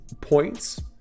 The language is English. points